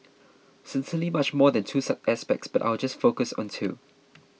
certainly much more than two aspects but I'll just focus on two